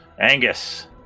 Angus